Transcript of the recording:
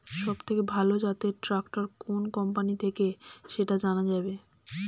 সবথেকে ভালো জাতের ট্রাক্টর কোন কোম্পানি থেকে সেটা জানা যাবে?